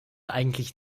eigentlich